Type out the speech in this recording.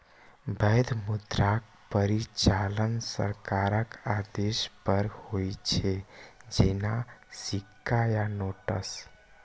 वैध मुद्राक परिचालन सरकारक आदेश पर होइ छै, जेना सिक्का आ नोट्स